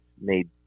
made